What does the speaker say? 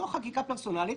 אז זו חקיקה פרסונלית,